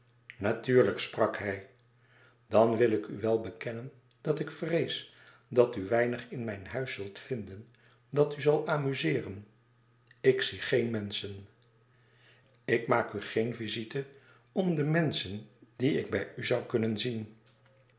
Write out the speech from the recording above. natuurlijk sprak hij dan wil ik u wel bekennen dat ik vrees dat u weinig in mijn huis zult vinden dat u zal amuzeeren ik zie geen menschen ik maak u geen visite om de menschen die ik bij u zoû kunnen zien